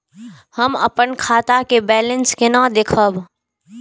हम अपन खाता के बैलेंस केना देखब?